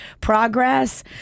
progress